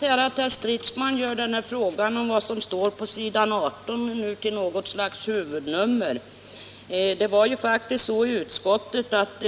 Herr talman! Det är intressant att herr Stridsman gör frågan om vad som står på s. 18 till något slags huvudnummer. I utskottet var det faktiskt så, att